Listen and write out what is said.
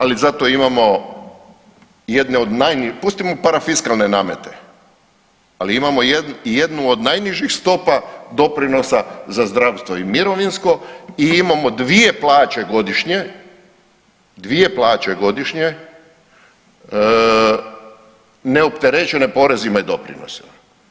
Ali zato imamo jedne od najnižih, pustimo parafiskalne namete, ali imamo jednu od najnižih stopa doprinosa za zdravstvo i mirovinsko i imamo 2 plaće godišnje, 2 plaće godišnje neopterećene porezima i doprinosima.